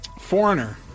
Foreigner